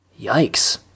Yikes